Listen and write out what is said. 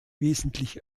wesentlich